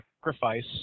sacrifice